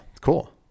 cool